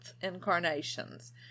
incarnations